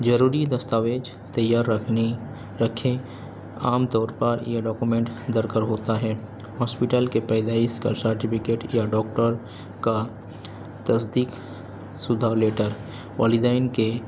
ضروری دستاویج تیار رکھنی رکھیں عام طور پر یہ ڈاکومینٹ درکار ہوتا ہے ہاسپیٹل کے پیدائش کر سرٹیفکیٹ یا ڈاکٹر کا تصدیق شدہ لیٹر والدین کے